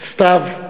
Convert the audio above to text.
סתיו,